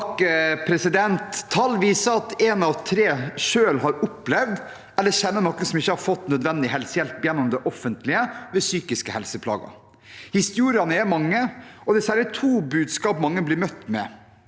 Tall viser at én av tre selv har opplevd, eller kjenner noen som har opplevd, å ikke få nødvendig helsehjelp gjennom det offentlige ved psykiske helseplager. Historiene er mange, og det er særlig to budskap mange blir møtt med.